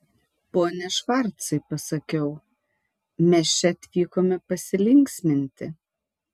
pone švarcai pasakiau mes čia atvykome pasilinksminti